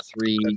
three